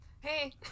Hey